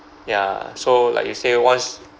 ya so like you say once